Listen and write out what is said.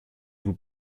vous